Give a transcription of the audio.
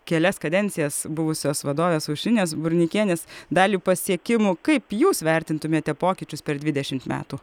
kelias kadencijas buvusios vadovės aušrinės burneikienės dalį pasiekimų kaip jūs vertintumėte pokyčius per dvidešimt metų